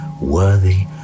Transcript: worthy